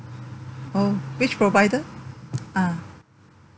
oh which provider ah